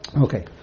Okay